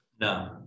no